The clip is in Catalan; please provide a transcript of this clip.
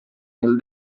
mil